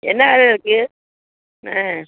என்ன விலையில இருக்குது ஆ